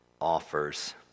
offers